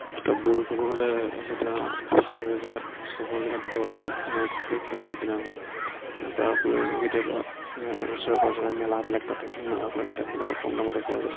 কিতাপবোৰ ক'ব গ'লে যেতিয়া চহৰীয়া জেগাত চহৰ জেগাত যেতিয়া ওলাই যাওঁ তেতিয়াই কিতাপবোৰ কিনা হয় তাৰ উপৰিও কেতিয়াবা ওচৰে পাঁজৰে মেলাবিলাক পাতে সেই মেলাৰ পৰা কিতাপবিলাকত কম দামতে পোৱা যায়